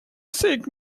seek